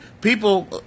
people